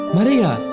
Maria